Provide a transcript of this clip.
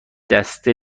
دسته